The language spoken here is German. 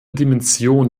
dimension